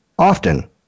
often